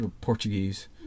Portuguese